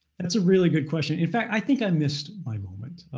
that's a really good question. in fact, i think i missed my moment.